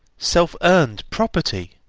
self-earned property!